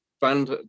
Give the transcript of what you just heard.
band